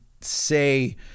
say